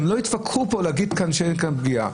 גם לא התווכחו כאן ואמרו שאין כאן פגיעה.